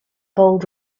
bold